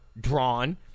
drawn